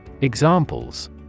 Examples